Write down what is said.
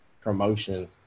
promotion